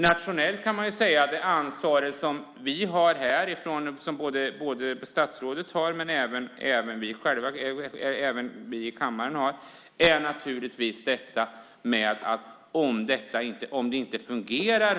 Nationellt kan man säga att statsrådet men även vi här i kammaren naturligtvis har ett ansvar.